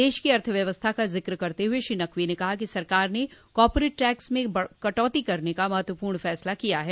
देश की अर्थव्यवस्था का जिक्र करते हुए श्री नकवी ने कहा कि सरकार ने कॉरपोरेट टैक्स में कटौती करने का महत्वपूर्ण फैसला किया है